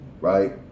right